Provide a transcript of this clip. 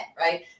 right